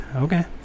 Okay